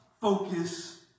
focus